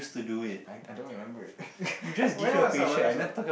I I don't remember when was our last Oral